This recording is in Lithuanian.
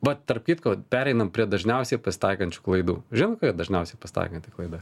va tarp kitko pereinam prie dažniausiai pasitaikančių klaidų žinot kokia dažniausiai pasitaikanti klaida